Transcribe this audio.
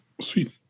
Sweet